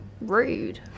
rude